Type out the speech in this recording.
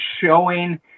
showing